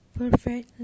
perfect